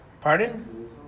Pardon